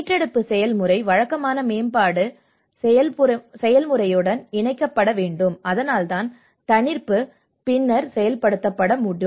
மீட்டெடுப்பு செயல்முறை வழக்கமான மேம்பாட்டு செயல்முறையுடன் இணைக்கப்பட வேண்டும் அதனால்தான் தணிப்பு பின்னர் செயல்படுத்தப்பட வேண்டும்